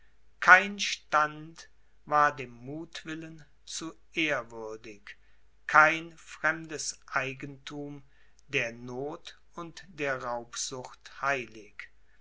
kein stand war dem muthwillen zu ehrwürdig kein fremdes eigenthum der noth und der raubsucht heilig